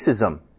racism